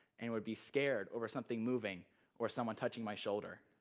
and would be scared over something moving or someone touching my shoulder.